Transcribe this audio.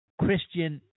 Christian